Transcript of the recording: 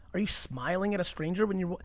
are you smiling at a stranger when you're,